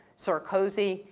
sarkozy,